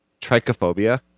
trichophobia